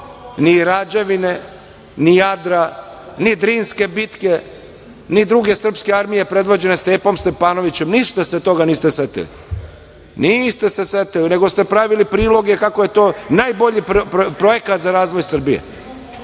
ni Rađevine, ni Jadra, ni Drinske bitke, ni Druge srpske armije predvođene Stepom Stepanovićem, ništa toga se niste setili. Niste se setili, nego ste pravili priloge kako je to najbolji projekat za razvoj Srbije.(